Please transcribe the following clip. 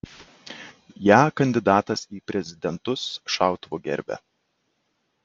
ją kandidatas į prezidentus šautuvu gerbia